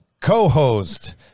co-host